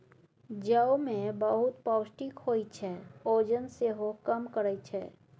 जौ मे बहुत पौष्टिक होइ छै, ओजन सेहो कम करय छै